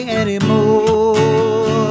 anymore